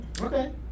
Okay